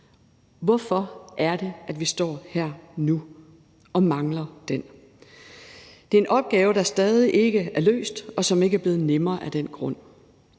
Hvorfor er det, at vi står her nu og mangler den? Det er en opgave, der stadig ikke er løst, og som ikke er blevet nemmere af den grund.